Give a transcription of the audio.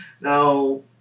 now